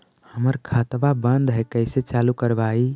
हमर खतवा बंद है कैसे चालु करवाई?